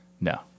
no